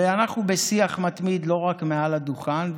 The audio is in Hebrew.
ואנחנו בשיח מתמיד לא רק מעל הדוכן,